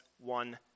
one